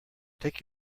take